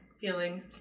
feeling